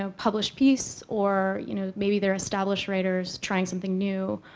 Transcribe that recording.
ah published piece or you know maybe they're established writers trying something new,